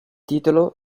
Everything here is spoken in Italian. titolo